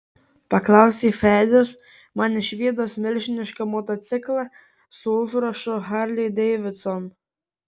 paklausė fredis man išvydus milžinišką motociklą su užrašu harley davidson